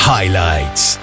Highlights